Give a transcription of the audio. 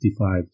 55